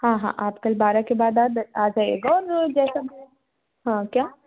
हाँ हाँ आप कल बारह के बाद आ जा आ जाइएगा और जैसा हाँ क्या